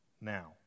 now